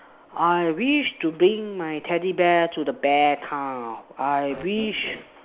I wish to being my teddy bear to bare top I wish